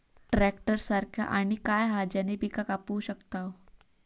Tractor सारखा आणि काय हा ज्याने पीका कापू शकताव?